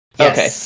okay